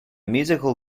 musical